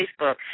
Facebook